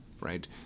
right